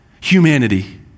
humanity